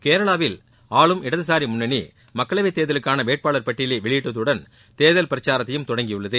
கேரளாவில் ஆளும் இடதுசாரி முன்னணி மக்களவைத் தேர்தலுக்கான வேட்பாளர் பட்டியலை வெளியிட்டுள்ளதுடன் தேர்தல் பிரச்சாரத்தையும் தொடங்கியுள்ளது